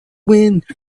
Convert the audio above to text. wind